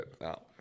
now